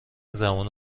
زمان